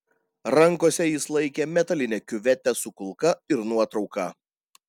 rankose jis laikė metalinę kiuvetę su kulka ir nuotrauką